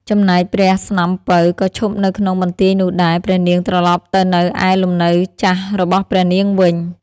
ចំណែកព្រះស្នំពៅ ក៏ឈប់នៅក្នុងបន្ទាយនោះដែរ ព្រះនាងត្រឡប់ទៅនៅឯលំនៅចាស់របស់ព្រះនាងវិញ ។